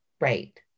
Right